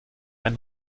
ein